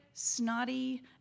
snotty